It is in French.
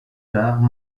tard